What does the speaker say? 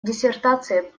диссертацией